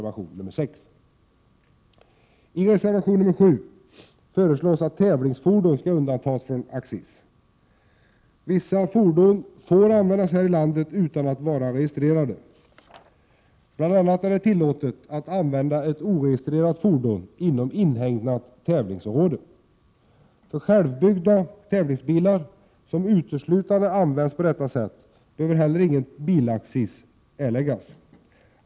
Vissa fordon får användas här i landet utan att vara registrerade. Bl. a. är det tillåtet att använda ett oregistrerat fordon inom inhägnat tävlingsområde. För självbyggda tävlingsbilar som uteslutande används på detta sätt behöver heller ingen bilaccis erläggas.